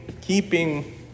keeping